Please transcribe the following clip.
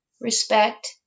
respect